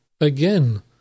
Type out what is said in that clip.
Again